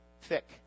thick